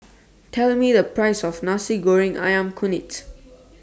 Tell Me The Price of Nasi Goreng Ayam Kunyit